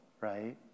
right